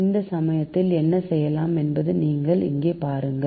அந்த சமயத்தில் என்ன செய்யலாம் என்பதை நீங்கள் இங்கே பாருங்கள்